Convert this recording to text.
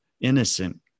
innocent